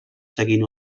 seguint